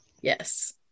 Yes